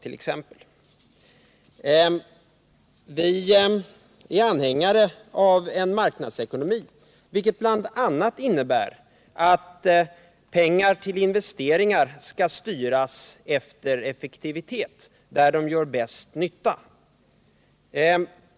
Vi är anhängare av en marknadsekonomi, vilket bl.a. innebär att pengar till investeringar skall styras efter effektivitet, dit de gör bäst nytta.